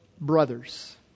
brothers